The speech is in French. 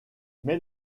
mais